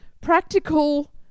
Practical